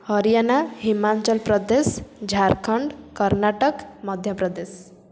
Haryana Himachal Pradesh Jharkhand Karnataka Madhya Pradesh